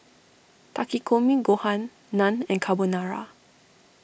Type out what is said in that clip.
Takikomi Gohan Naan and Carbonara